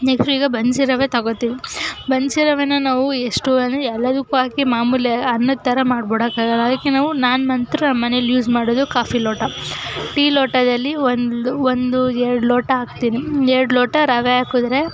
next ಈಗ ಬನ್ಸಿ ರವೆ ತೊಗೊಳ್ತೀವಿ ಬನ್ಸಿ ರವೆನ ನಾವು ಎಷ್ಟು ಅಂದರೆ ಎಲ್ಲದಕ್ಕೂ ಹಾಕಿ ಮಾಮೂಲಿ ಅನ್ನದ ಥರ ಮಾಡಿಬಿಡೋಕ್ಕಾಗೋಲ್ಲ ಅದಕ್ಕೆ ನಾವು ನಾನು ಮಾತ್ರ ನಮ್ಮನೆಯಲ್ಲಿ ಯೂಸ್ ಮಾಡೋದು ಕಾಫಿ ಲೋಟ ಟೀ ಲೋಟದಲ್ಲಿ ಒಂದು ಒಂದು ಎರಡು ಲೋಟ ಹಾಕ್ತೀನಿ ಎರಡು ಲೋಟ ರವೆ ಹಾಕಿದ್ರೆ